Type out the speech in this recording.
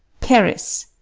paris.